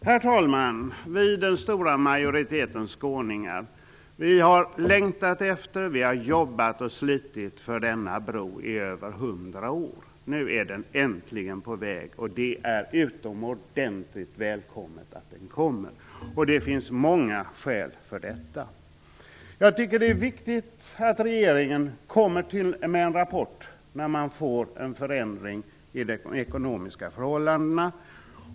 Herr talman! Vi den stora majoriteten skåningar har längtat efter, jobbat och slitit för, denna bro i över 100 år. Nu är den äntligen på väg, och det är utomordentligt välkommet att den kommer. Det finns många skäl för detta. Det är viktigt att regeringen kommer med en rapport när man får en förändring i de ekonomiska förhållandena.